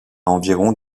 environ